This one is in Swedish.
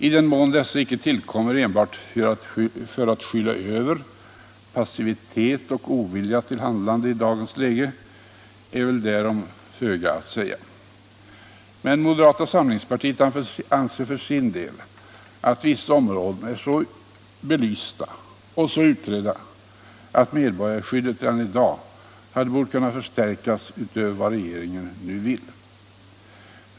I den mån dessa icke tillkommer enbart för att skyla över passivitet och ovilja till handlande i dagens läge är väl därom föga att säga. Men moderata samlingspartiet anser för sin del att vissa områden är så belysta och så utredda att medborgarskyddet redan i dag borde ha kunnat förstärkas utöver vad regeringen nu vill.